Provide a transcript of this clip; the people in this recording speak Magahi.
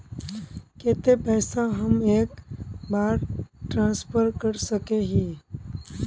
केते पैसा हम एक बार ट्रांसफर कर सके हीये?